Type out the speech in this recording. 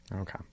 okay